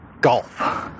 golf